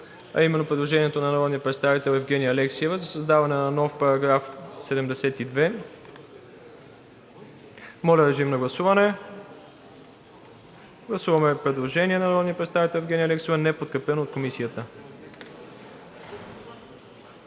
а именно предложението на народния представител Евгения Алексиева, за създаване на нов § 72. Гласуваме предложението на народния представител Евгения Алексиева, неподкрепено от Комисията.